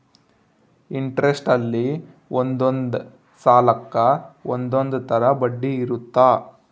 interest ಅಲ್ಲಿ ಒಂದೊಂದ್ ಸಾಲಕ್ಕ ಒಂದೊಂದ್ ತರ ಬಡ್ಡಿ ಇರುತ್ತ